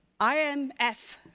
IMF